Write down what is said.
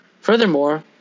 Furthermore